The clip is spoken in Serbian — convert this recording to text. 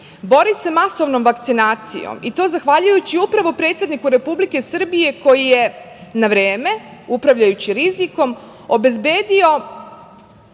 Bori se masovnom vakcinacijom, i to zahvaljujući upravo predsedniku Republike Srbije koji je na vreme upravljajući rizikom obezbedio